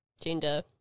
gender